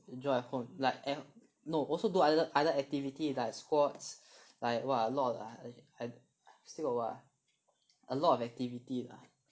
jog at home like at no also do other other activity like squats like what a lot lah I still got what ah a lot of activity lah